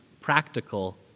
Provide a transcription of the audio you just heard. practical